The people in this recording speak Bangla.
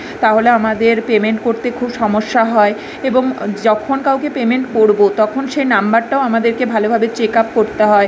তাহলে আমাদের পেমেন্ট করতে খুব সমস্যা হয় এবং যখন কাউকে পেমেন্ট করবো তখন সে নম্বরটাও আমাদেরকে ভালোভাবে চেক আপ করতে হয়